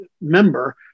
member